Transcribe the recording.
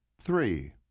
Three